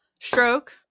Stroke